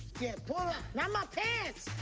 yeah, pull it. not my pants!